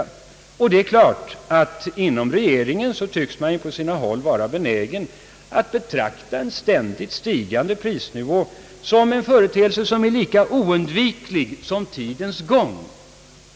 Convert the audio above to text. Det är visserligen uppenbart att man inom regeringen tycks vara benägen att betrakta en ständigt stigande prisnivå som en företeelse, som är lika oundviklig som tidens gång.